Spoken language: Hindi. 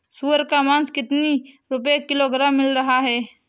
सुअर का मांस कितनी रुपय किलोग्राम मिल सकता है?